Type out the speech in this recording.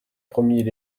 premiers